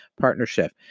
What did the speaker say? partnership